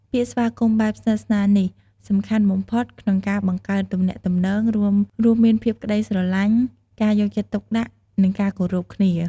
ពាក្យស្វាគមន៍បែបស្និទ្ធស្នាលនេះ សំខាន់បំផុតក្នុងការបង្កើតទំនាក់ទំនង រួមមានភាពក្តីស្រឡាញ់ ការយកចិត្តទុកដាក់ និងការគោរពគ្នា។